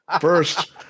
First